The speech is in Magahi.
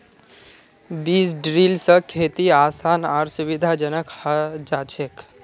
बीज ड्रिल स खेती आसान आर सुविधाजनक हैं जाछेक